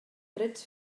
trets